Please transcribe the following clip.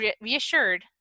reassured